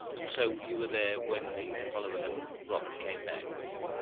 and so you were there when the apollo eleven rock came back, were you?